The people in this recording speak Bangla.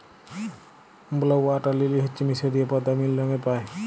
ব্লউ ওয়াটার লিলি হচ্যে মিসরীয় পদ্দা লিল রঙের পায়